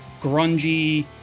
grungy